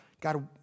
God